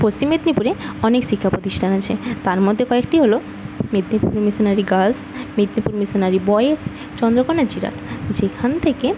পশ্চিম মেদনীপুরে অনেক শিক্ষাপ্রতিষ্ঠান আছে তার মধ্যে কয়েকটি হল Medinipur missionary girls Medinipur missionary boys Chandrakona Jirat যেখান থেকে